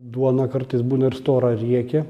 duona kartais būna ir stora riekė